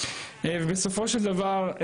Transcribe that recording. ובסופו של דבר,